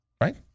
right